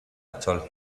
told